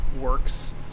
works